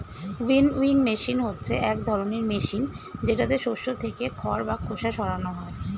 winnowing machine হচ্ছে এক ধরনের মেশিন যেটাতে শস্য থেকে খড় বা খোসা সরানো হয়